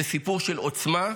זה סיפור של עוצמה,